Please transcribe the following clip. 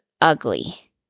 ugly